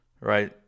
right